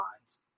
lines